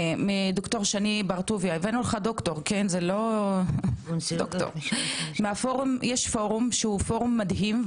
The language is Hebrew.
שיקבל מד"ר שני בר טוביה יש פורום מדהים,